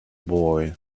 boy